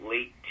Late